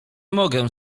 mogę